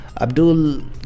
Abdul